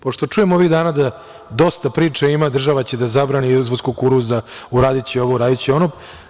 Pošto čujem ovih dana da dosta priče ima da će država da zabrani izvoz kukuruza, uradiće ovo, uradiće ono.